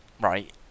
right